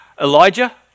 Elijah